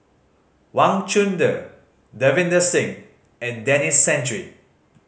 Wang Chunde Davinder Singh and Denis Santry